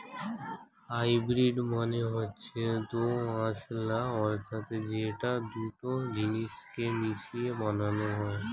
hybrid মানে হচ্ছে দোআঁশলা অর্থাৎ যেটা দুটো জিনিস কে মিশিয়ে বানানো হয়